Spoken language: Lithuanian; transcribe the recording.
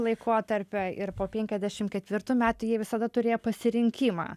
laikotarpio ir po penkiasdešimt ketvirtų metų jie visada turėjo pasirinkimą